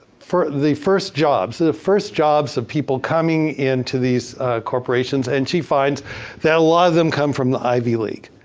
the first jobs, the first jobs that people coming into these corporations, and she finds that a lot of them come from the ivy league.